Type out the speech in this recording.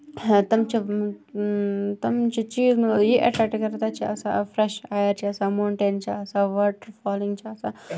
تٔمۍ چھِ تمَن چھُ چیٖز مطلب یہِ ایٹریکٹ کران مطلب تمَن چھُ فریش اَیر چھُ آسان موٹین چھُ آسان واٹر فالِنگ چھِ آسان